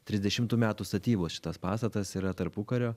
trisdešimtų metų statybos šitas pastatas yra tarpukario